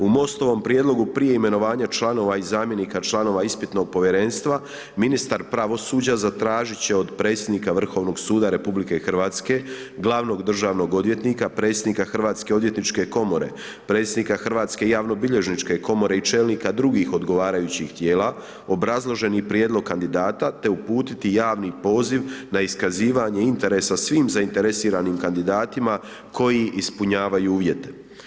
U MOST-ovom prijedlogu prije imenovanja članova i zamjenika članova ispitnog povjerenstva ministar pravosuđa zatražit će od predsjednika Vrhovnog suda RH, glavnog državnog odvjetnika, predsjednika Hrvatske odvjetničke komore, predsjednika Hrvatske javnobilježničke komore i čelnika drugih odgovarajućih tijela obrazloženi prijedlog kandidata te uputiti javni poziv na iskazivanje interesa svim zainteresiranim kandidatima koji ispunjavaju uvjete.